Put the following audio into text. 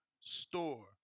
store